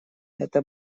это